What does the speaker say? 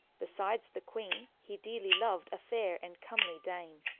besides the queene, he dearly lovde a faire and comely dame.